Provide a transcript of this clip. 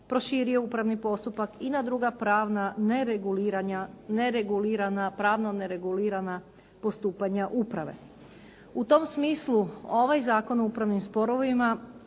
proširio upravni postupak i na druga pravna neregulirana, pravno neregulirana postupanja uprave. U tom smislu ovaj Zakon o upravnim sporovima